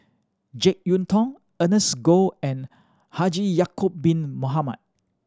Jek Yeun Thong Ernest Goh and Haji Ya'acob Bin Mohamed